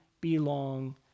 belong